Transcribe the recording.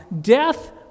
death